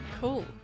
cool